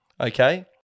okay